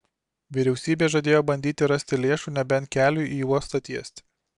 vyriausybė žadėjo bandyti rasti lėšų nebent keliui į uostą tiesti